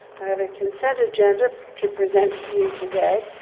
i have a consent agenda to present to you today,